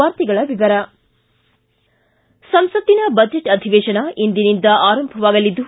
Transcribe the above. ವಾರ್ತೆಗಳ ವಿವರ ಸಂಸತ್ತಿನ ಬಜೆಟ್ ಅಧಿವೇಶನ ಇಂದಿನಿಂದ ಆರಂಭವಾಗಲಿದ್ದು